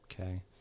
okay